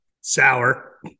Sour